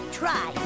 try